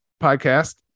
podcast